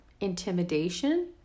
intimidation